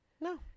No